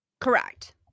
Correct